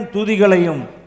Tudigalayum